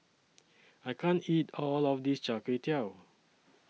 I can't eat All of This Char Kway Teow